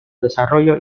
desarrollo